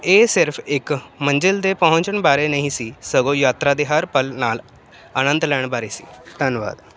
ਇਹ ਸਿਰਫ ਇੱਕ ਮੰਜ਼ਿਲ ਦੇ ਪਹੁੰਚਣ ਬਾਰੇ ਨਹੀਂ ਸੀ ਸਗੋਂ ਯਾਤਰਾ ਦੇ ਹਰ ਪਲ ਨਾਲ ਆਨੰਦ ਲੈਣ ਬਾਰੇ ਸੀ ਧੰਨਵਾਦ